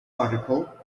article